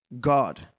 God